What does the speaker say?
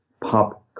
pop